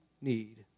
need